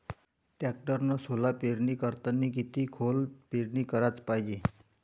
टॅक्टरनं सोला पेरनी करतांनी किती खोल पेरनी कराच पायजे?